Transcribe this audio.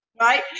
right